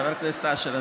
חבר הכנסת אשר,